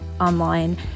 online